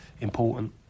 important